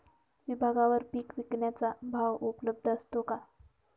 विभागवार पीक विकण्याचा भाव उपलब्ध असतो का?